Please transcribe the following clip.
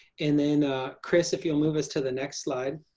and then crys if you'll move us to the next slide.